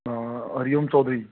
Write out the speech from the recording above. हाँ हरिओम चौधरी